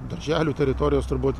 darželių teritorijos turbūt